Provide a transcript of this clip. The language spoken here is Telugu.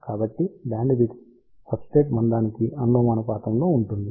కాబట్టి బ్యాండ్విడ్త్ సబ్స్ట్రేట్ మందానికి అనులోమానుపాతంలో ఉంటుంది